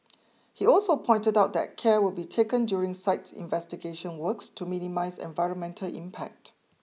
he also pointed out that care will be taken during site investigation works to minimise environmental impact